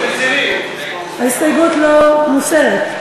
ההסתייגות מוסרת.